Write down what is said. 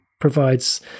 provides